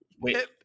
Wait